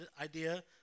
idea